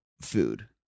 food